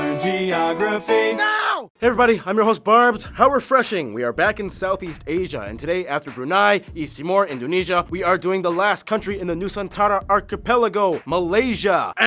you know everybody, i'm your host barbs. how refreshing? we are back in southeast asia. and today after brunei, east timor, indonesia we are doing the last country in the nusantara archipelago, malaysia!